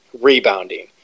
rebounding